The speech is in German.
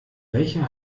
welcher